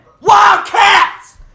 Wildcats